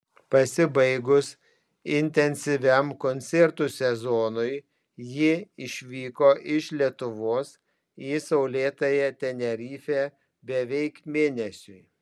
pasibaigus intensyviam koncertų sezonui ji išvyko iš lietuvos į saulėtąją tenerifę beveik mėnesiui